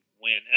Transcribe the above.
win